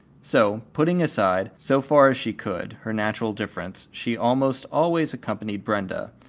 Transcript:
so, putting aside so far as she could her natural diffidence she almost always accompanied brenda,